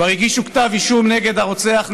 כבר הגישו כתב אישום נגד הרוצח,